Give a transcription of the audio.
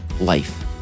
Life